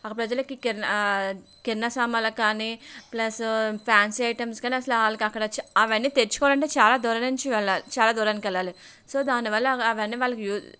ఆ ప్రజలకు కిరాణా సామానులకి కానీ ప్లస్ ఫ్యాన్సీ ఐటమ్స్కి అయిన అసలు వాళ్ళకి అక్కడ అవన్నీ తెచ్చుకోవాలంటే చాలా దూరం నుంచి వెళ్ళాలి చాలా దూరానికి వెళ్ళాలి సో దాని వల్ల అవన్నీ వాళ్ళకి యూజ్